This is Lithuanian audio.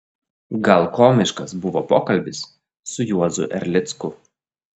gal komiškas buvo pokalbis su juozu erlicku